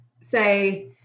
say